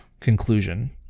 conclusion